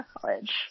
college